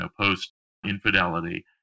post-infidelity